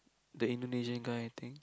the Indonesian guy I think